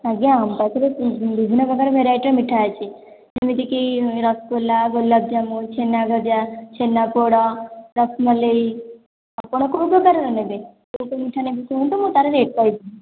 ଆଜ୍ଞା ଆମ ପାଖରେ ବିଭିନ୍ନ ପ୍ରକାରର ଭ୍ଯାରାଇଟି ର ମିଠା ଅଛି ଯେମିତିକି ରସଗୁଲା ଗୋଳାପଜାମୁନ୍ ଛେନାଗଜା ଛେନାପୋଡ଼ ରସମଲେଇ ଆପଣ କେଉଁ ପ୍ରକାରର ନେବେ କେଉଁ କେଉଁ ମିଠା ନେବେ କୁହନ୍ତୁ ମୁଁ ତା ର ରେଟ୍ କହିବି